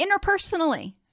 interpersonally